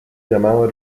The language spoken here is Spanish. llamado